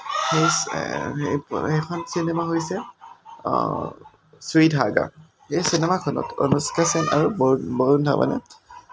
সেইখন চিনেমা হৈছে চুইধাগা এই চিনেমাখনত অনুষ্কা সেন আৰু বৰুন বৰুন ধাৱনে